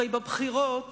הרי בבחירות